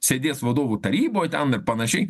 sėdės vadovų taryboj ten ir panašiai